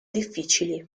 difficili